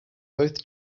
both